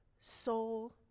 soul